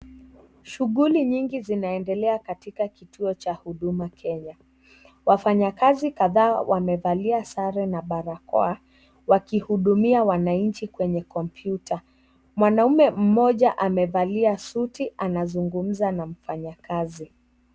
Shughuli nyingi zinaendelea katika kituo cha huduma kenya , wafanyakazi kadhaaa wamevalia sare na barakoa wakihudumia wananchi kwenye kompyuta. Mwanaume mmoja amevalia suti anazungumza na mfanyakazi.